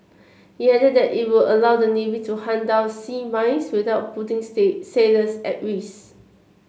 he added that it will allow the navy to hunt down sea mines without putting sailors at risk